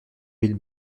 mille